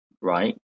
right